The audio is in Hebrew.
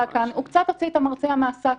כאן הוא קצת הוציא את המרצע מהשק.